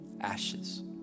ashes